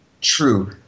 True